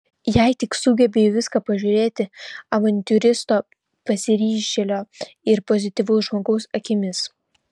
jei tik sugebi į viską pažiūrėti avantiūristo pasiryžėlio ir pozityvaus žmogaus akimis